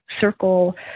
circle